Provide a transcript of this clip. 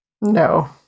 No